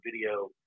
video